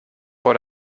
vor